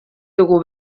dugu